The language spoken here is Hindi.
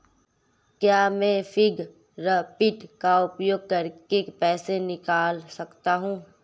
क्या मैं फ़िंगरप्रिंट का उपयोग करके पैसे निकाल सकता हूँ?